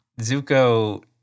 Zuko